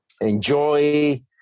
enjoy